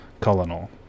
colonel